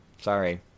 Sorry